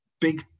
big